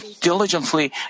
diligently